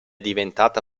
diventata